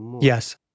Yes